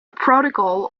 protocol